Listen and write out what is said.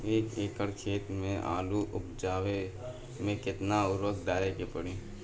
एक एकड़ खेत मे आलू उपजावे मे केतना उर्वरक डाले के पड़ी?